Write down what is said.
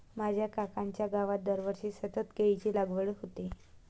माझ्या काकांच्या गावात दरवर्षी सतत केळीची लागवड होते